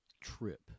trip